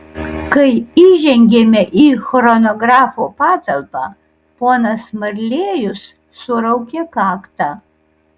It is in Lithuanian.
kai įžengėme į chronografo patalpą ponas marlėjus suraukė kaktą